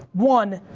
one,